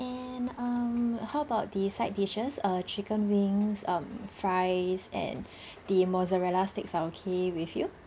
and um how about the side dishes uh chicken wings um fries and the mozzarella sticks are okay with you